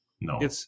No